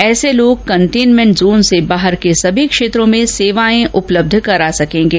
ऐसे लोग containment zone से बाहर के सभी क्षेत्रों में सेवाएं उपलब्ध करा सकेंगे